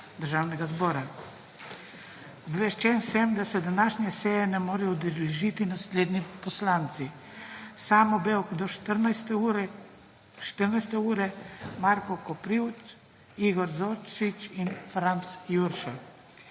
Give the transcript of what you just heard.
Državnega zbora. Obveščen sem, da se današnje seje ne morejo udeležiti naslednji poslanci: Samo Bevk do 14. ure, Marko Koprivc, Igor Zorčič in Franc Jurša.